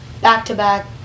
back-to-back